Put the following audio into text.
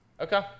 Okay